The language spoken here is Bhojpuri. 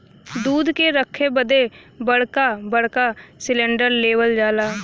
दूध के रखे बदे बड़का बड़का सिलेन्डर लेवल जाला